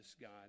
God